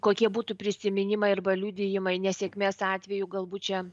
kokie būtų prisiminimai arba liudijimai nesėkmės atveju galbūt čia